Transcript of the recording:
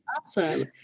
Awesome